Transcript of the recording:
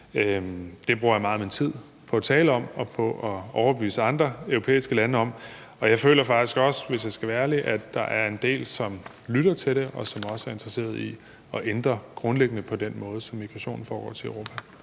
Det bruger jeg meget af min tid på at tale om og på at overbevise andre europæiske lande om, og jeg føler faktisk også, hvis jeg skal være ærlig, at der er en del, som lytter til det, og som også er interesseret i at ændre grundlæggende på den måde, som migrationen foregår til Europa